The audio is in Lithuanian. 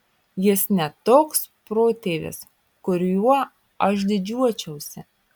jis ne toks protėvis kuriuo aš didžiuočiausi